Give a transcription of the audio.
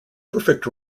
perfect